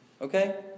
Okay